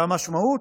והמשמעות,